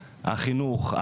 החינוך,